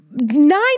Nine